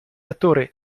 attore